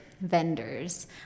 vendors